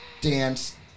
dance